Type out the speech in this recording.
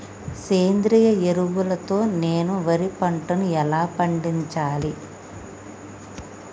సేంద్రీయ ఎరువుల తో నేను వరి పంటను ఎలా పండించాలి?